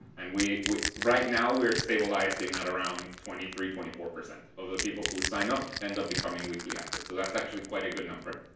and we we right now we're stabilizing at around twenty three twenty four percent of the people who sign up end up become weekly actives. so that's actually quite a good number.